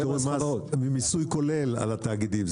זה מיסוי כולל על התאגידים,